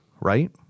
right